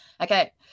Okay